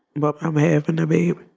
but i'm having a baby